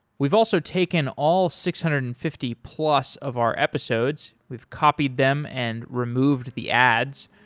we've also taken all six hundred and fifty plus of our episodes. we've copied them and removed the ads,